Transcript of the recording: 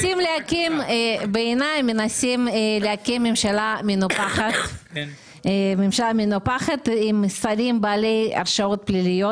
בעיניי מנסים להקים ממשלה מנופחת עם שרים עם הרשעות פליליות.